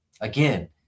Again